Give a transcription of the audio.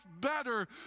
better